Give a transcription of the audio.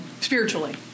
Spiritually